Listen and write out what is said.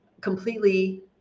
completely